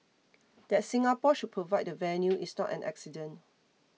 that Singapore should provide the venue is not an accident